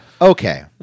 Okay